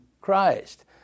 Christ